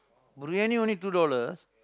biryani only two dollars